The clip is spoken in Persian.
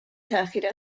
تاخیر